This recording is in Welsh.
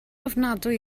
ofnadwy